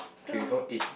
okay we found eight